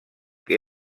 que